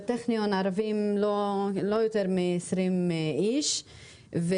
בטכניון היו לא יותר מעשרים איש שהם ערבים,